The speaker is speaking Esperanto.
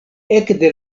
ekde